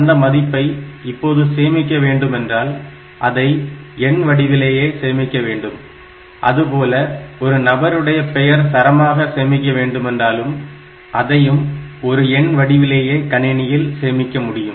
அந்த மதிப்பை இப்போது சேமிக்க வேண்டும் என்றால் அதை எண்வடிவிலேயே சேமிக்க வேண்டும் அதுபோல ஒரு நபருடைய பெயர் சரமாக சேமிக்க வேண்டுமென்றாலும் அதையும் ஒரு எண் வடிவிலேயே கணினியில் சேமிக்க முடியும்